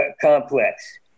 complex